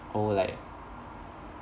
oh like